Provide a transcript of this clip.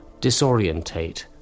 disorientate